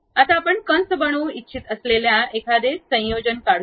आता आपण कंस बनवू इच्छित असलेल्या एखादे संयोजन काढू या